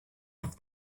off